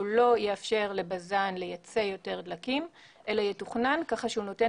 הוא לא יאפשר לבז"ן לייצא יותר דלקים אלא יתוכנן כך שהוא נותן